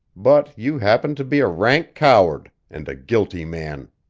but you happen to be a rank coward and a guilty man!